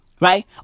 Right